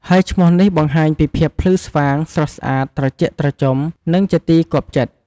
ហើយឈ្មោះនេះបង្ហាញពីភាពភ្លឺស្វាង ស្រស់ស្អាត ត្រជាក់ត្រជុំ និងជាទីគាប់ចិត្ត។